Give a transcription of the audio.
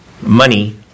money